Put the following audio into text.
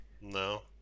no